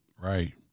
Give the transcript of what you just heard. Right